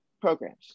programs